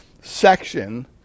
section